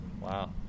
wow